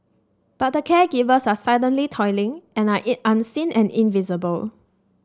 but the caregivers are silently toiling and are unseen and invisible